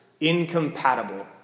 incompatible